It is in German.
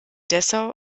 dessau